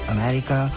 America